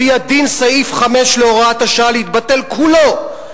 לפיה דין סעיף 5 להוראת השעה להתבטל כולו,